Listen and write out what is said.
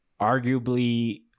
arguably